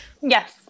Yes